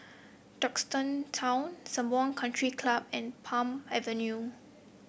Duxton Town Sembawang Country Club and Palm Avenue